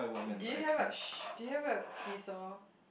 do you have a sh~ do you have a see saw